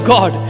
God